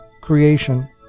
creation